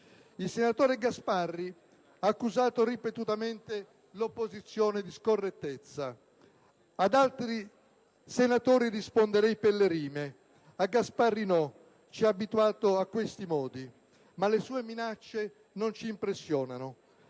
Il senatore Gasparri ha accusato ripetutamente l'opposizione di scorrettezza. Ad altri senatori risponderei per le rime, a Gasparri no. Ci ha abituato a questi modi. Ma le sue minacce non ci impressionano.